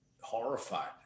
horrified